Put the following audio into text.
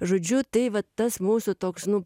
žodžiu tai vat tas mūsų toks nu